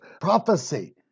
prophecy